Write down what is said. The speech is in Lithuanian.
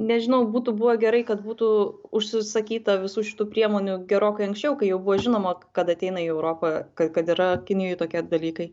nežinau būtų buvę gerai kad būtų užsisakyta visų šitų priemonių gerokai anksčiau kai jau buvo žinoma kad ateina į europą kad kad yra kinijoj tokie dalykai